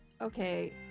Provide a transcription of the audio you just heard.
Okay